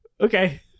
Okay